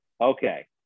Okay